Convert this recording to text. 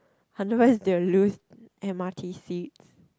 otherwise they will lose m_r_t seats